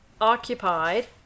occupied